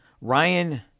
Ryan